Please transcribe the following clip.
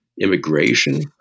immigration